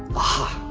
aha!